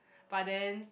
but then